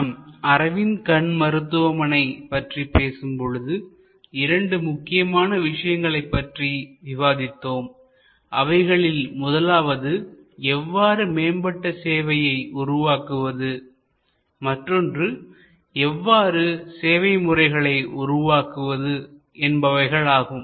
நாம் அரவிந்த் கண் மருத்துவமனை பற்றி பேசும்பொழுது இரண்டு முக்கியமான விஷயங்களைப் பற்றி விவாதித்தோம் அவைகளில் முதலாவது எவ்வாறு மேம்பட்ட சேவையை உருவாக்குவது மற்றொன்று எவ்வாறு சேவை முறைகளை உருவாக்குவது என்பவைகளாகும்